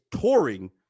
touring